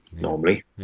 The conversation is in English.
normally